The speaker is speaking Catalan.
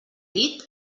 llit